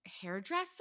hairdresser